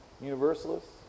Universalists